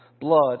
blood